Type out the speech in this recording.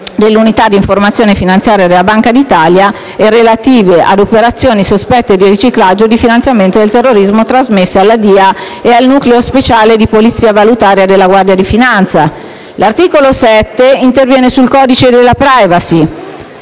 dell'Unità di informazione finanziaria per l'Italia, istituita presso la Banca d'Italia, relative ad operazioni sospette di riciclaggio o di finanziamento del terrorismo trasmesse alla DIA e al nucleo speciale di polizia valutaria della Guardia di finanza. L'articolo 7 interviene sul codice della *privacy*